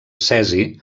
cesi